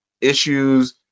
issues